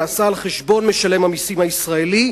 נעשה על חשבון משלם המסים הישראלי,